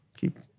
keep